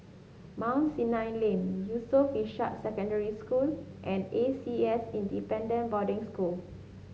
Mount Sinai Lane Yusof Ishak Secondary School and A C S Independent Boarding School